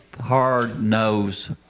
hard-nosed